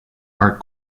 are